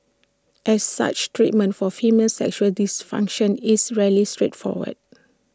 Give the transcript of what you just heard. as such treatment for female sexual dysfunction is rarely straightforward